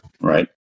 Right